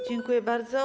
Dziękuję bardzo.